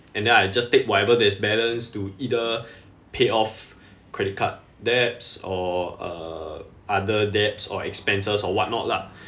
and then I just take whatever there's balance to either pay off credit card debts or uh other debts or expenses or what not lah